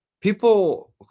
people